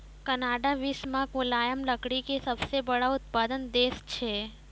Canada विश्व मॅ मुलायम लकड़ी के सबसॅ बड़ो उत्पादक देश छै